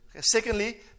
Secondly